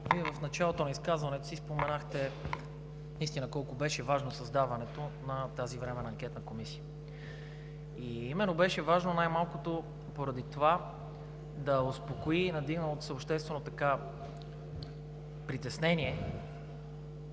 Вие в началото на изказването си споменахте наистина колко важно беше създаването на тази Временна анкетна комисия. Именно беше важно най-малкото поради това да успокои надигналото се обществено притеснение,